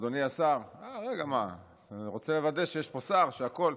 אני רוצה לוודא שיש פה שר, יש פה הכול,